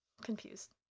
confused